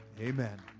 Amen